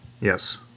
Yes